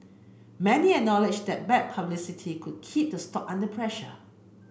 many acknowledge that bad publicity could keep the stock under pressure